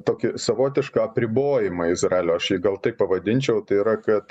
tokį savotišką apribojimą izraelio aš jį gal taip pavadinčiau tai yra kad